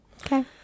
Okay